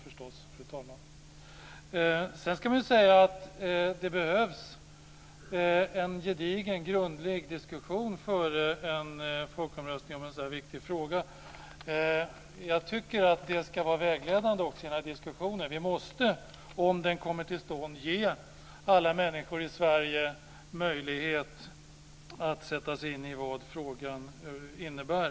Vidare ska det sägas att det behövs en gedigen och grundlig diskussion före en folkomröstning i en så här viktig fråga. Jag tycker också att det ska vara vägledande i den här diskussionen. Vi måste, om den kommer till stånd, ge alla människor i Sverige möjlighet att sätta sig in i vad frågan på djupet innebär.